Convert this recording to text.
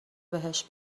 بهش